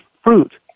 fruit